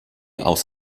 aus